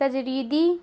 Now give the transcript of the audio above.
تجریدی